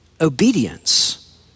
obedience